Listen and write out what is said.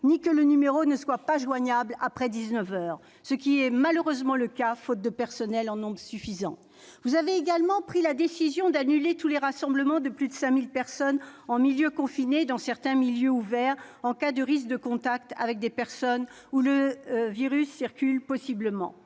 ou que le numéro ne soit pas joignable après dix-neuf heures, ce qui est malheureusement le cas, faute de personnel en nombre suffisant ! Vous avez également pris la décision d'annuler tous les rassemblements de plus de 5 000 personnes en milieu confiné et dans certains milieux ouverts, en cas de risques de contacts avec des personnes et de circulation possible